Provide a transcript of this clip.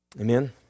Amen